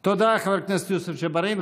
תודה, חבר הכנסת יוסף ג'בארין.